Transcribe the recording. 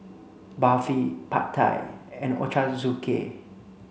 Barfi Pad Thai and Ochazuke